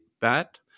bat